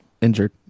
Injured